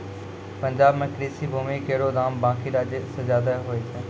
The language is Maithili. पंजाब म कृषि भूमि केरो दाम बाकी राज्यो सें जादे होय छै